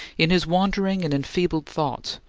in his wandering and enfeebled thoughts,